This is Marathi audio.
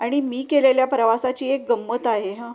आणि मी केलेल्या प्रवासाची एक गम्मत आहे हा